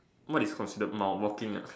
what is considered mild walking uh